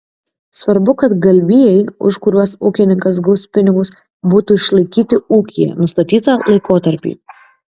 svarbu kad galvijai už kuriuos ūkininkas gaus pinigus būtų išlaikyti ūkyje nustatytą laikotarpį